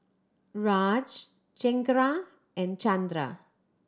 Raj Chengara and Chandra